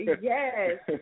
Yes